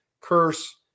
Curse